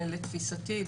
לתפיסתי,